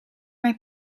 mijn